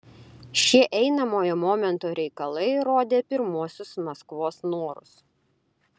šie einamojo momento reikalai rodė pirmuosius maskvos norus